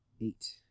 Eight